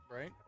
Right